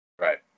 Right